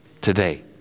today